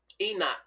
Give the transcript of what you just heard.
enoch